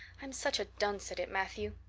i'm such a dunce at it, matthew.